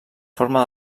forma